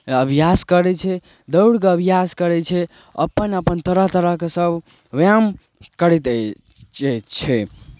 अभ्यास करै छै दौड़के अभ्यास करै छै अपन अपन तरह तरहके सभ व्यायाम करैत अइ छियै छै